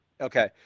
Okay